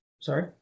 Sorry